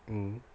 mm